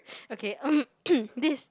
okay this